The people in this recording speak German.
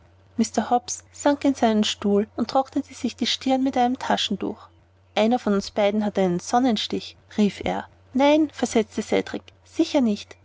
hobbs sank in seinen sessel und trocknete sich die stirn mit seinem taschentuch einer von uns beiden hat den sonnenstich rief er nein versetzte cedrik sicher nicht